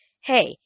Hey